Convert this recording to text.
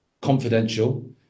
confidential